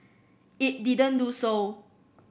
it did not do so